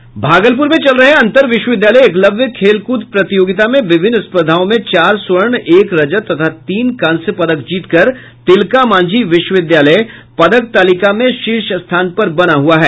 भागलपुर में चल रहे अंतर विश्वविद्यालय एकलव्य खेल कूद प्रतियोगिता में विभिन्न स्पर्धाओं में चार स्वर्ण एक रजत तथा तीन कांस्य पदक जीतकर तिलकामांझी विश्वविद्यालय पदक तालिका में शीर्ष स्थान पर बना हुआ है